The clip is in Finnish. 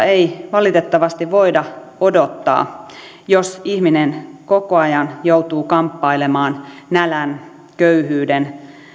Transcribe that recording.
ei valitettavasti voida odottaa jos ihminen koko ajan joutuu kamppailemaan nälän köyhyyden